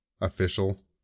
official